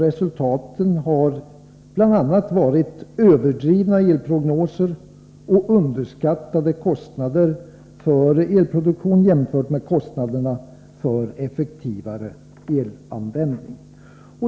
Resultatet har bl.a. varit överdrivna elprognoser och underskattade kostnader för elproduktion jämfört med kostnaderna för effektivare elanvändning.